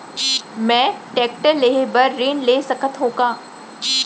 मैं टेकटर लेहे बर ऋण ले सकत हो का?